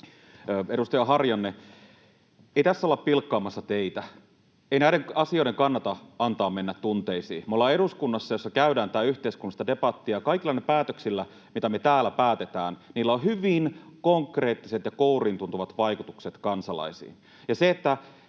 Edustaja Harjanne, ei tässä olla pilkkaamassa teitä. Ei näiden asioiden kannata antaa mennä tunteisiin. Me ollaan eduskunnassa, jossa käydään tätä yhteiskunnallista debattia, ja kaikilla näillä päätöksillä, mitä me täällä päätetään, on hyvin konkreettiset ja kouriintuntuvat vaikutukset kansalaisiin.